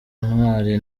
ntwari